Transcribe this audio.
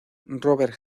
robert